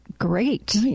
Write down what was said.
Great